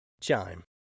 Chime